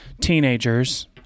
teenagers